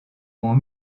ont